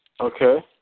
Okay